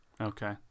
Okay